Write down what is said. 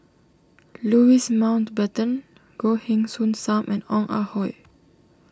Louis Mountbatten Goh Heng Soon Sam and Ong Ah Hoi